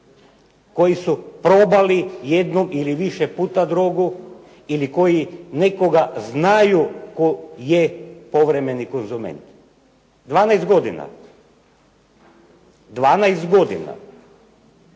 koji su probali jednom ili više puta drogu ili koji nekoga znaju tko je povremeni konzument. 12 godina, 12 godina.